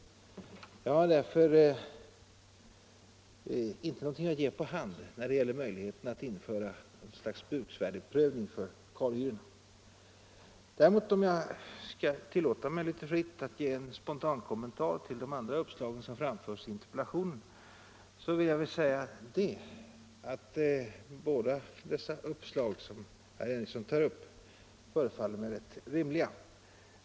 Jag har därför inte någonting att ge på hand när det gäller möjligheterna att införa något slags bruksvärdeprövning för lokalhyrorna. Jag kan däremot tillåta mig att ge en spontankommentar till de andra uppslagen som framförs i interpellationen. Båda de uppslag som herr Henrikson ger förefaller mig rätt rimliga.